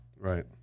Right